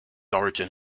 origin